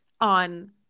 on